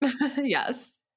Yes